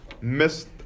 missed